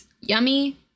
yummy